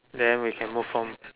then we can move on